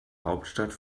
hauptstadt